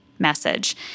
message